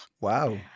Wow